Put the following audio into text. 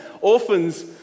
Orphans